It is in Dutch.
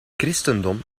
christendom